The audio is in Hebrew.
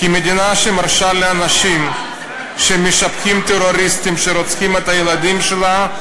כי מדינה שמרשה לאנשים שמשבחים טרוריסטים שרוצחים את הילדים שלה,